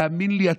תאמין לי,